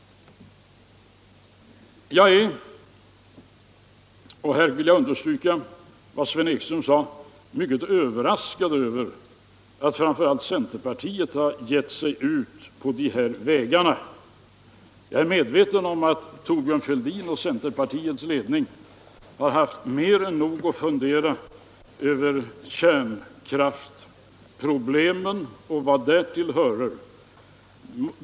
Jag är — här vill jag understryka vad Sven Ekström sade —- mycket överraskad över att framför allt centerpartiet gett sig ut på de här vägarna. Jag är medveten om att Thorbjörn Fälldin och centerpartiets ledning i övrigt har haft mer än nog med att fundera över kärnkraftsproblemen och vad därtill hör.